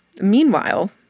Meanwhile